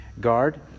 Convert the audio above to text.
Guard